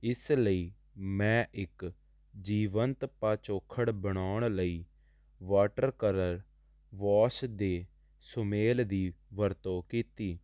ਇਸ ਲਈ ਮੈਂ ਇੱਕ ਜੀਵੰਤ ਪਾਚੋਖੜ ਬਣਾਉਣ ਲਈ ਵਾਟਰ ਕਲਰ ਵੋਸ਼ ਦੇ ਸੁਮੇਲ ਦੀ ਵਰਤੋਂ ਕੀਤੀ